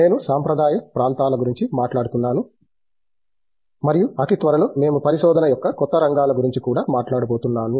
నేను సాంప్రదాయ ప్రాంతాల గురించి మాట్లాడుతున్నాను మరియు అతి త్వరలో మేము పరిశోధన యొక్క కొత్త రంగాల గురించి కూడా మాట్లాడబోతున్నాను